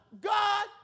God